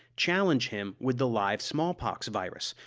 challenge him with the live smallpox virus,